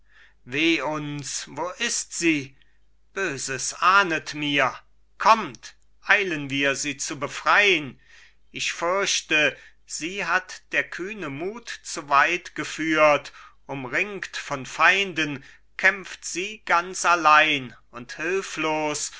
weh uns wo ist sie böses ahndet mir kommt eilen wir sie zu befrein ich fürchte sie hat der kühne mut zu weit geführt umringt von feinden kämpft sie ganz allein und hülflos